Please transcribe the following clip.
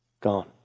Gone